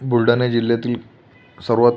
बुलढाणा जिल्ह्यातील सर्वात